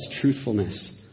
truthfulness